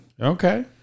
Okay